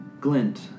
Glint